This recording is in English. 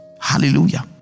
Hallelujah